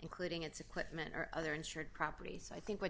including its equipment or other insured property so i think what